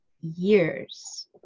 years